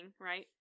right